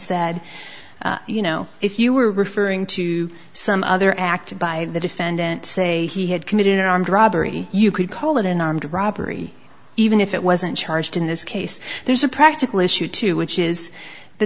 said you know if you were referring to some other act by the defendant say he had committed an armed robbery you could call it an armed robbery even if it wasn't charged in this case there's a practical issue too which is the